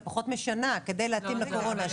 בפחות משנה כדי להתאים לקורונה.